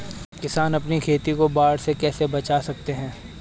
किसान अपनी खेती को बाढ़ से कैसे बचा सकते हैं?